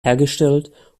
hergestellt